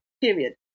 Period